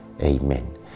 Amen